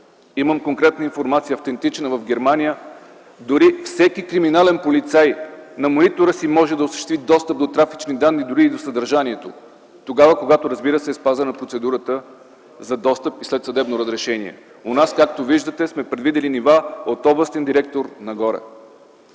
автентична информация, че в Германия дори всеки криминален полицай на монитора си може да осъществи достъп до трафични данни, дори и до съдържанието, тогава, когато е спазена процедурата за достъп и след съдебно разрешение. У нас, както виждате, сме предвидили нива от областен директор нагоре.